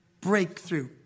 Breakthrough